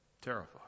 terrified